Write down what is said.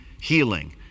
healing